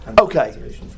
Okay